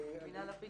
מינהל הפיתוח.